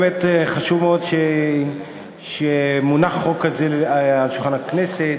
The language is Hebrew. באמת חשוב מאוד שמונח חוק כזה על שולחן הכנסת.